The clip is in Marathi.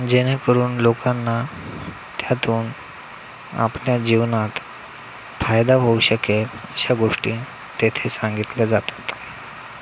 जेणेकरून लोकांना त्यातून आपल्या जीवनात फायदा होऊ शकेल अशा गोष्टी तेथे सांगितल्या जातात